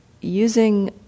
using